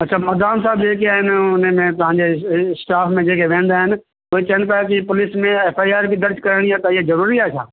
अछा मदान साहब जेके आहिनि हुननि तव्हांजे स्टाफ में जेके विहंदा आहिनि उहे चइनि पिया की पुलिस में एफआईआर बि दर्जु करिणी आहे तव्हां इहा ज़रूरी आहे छा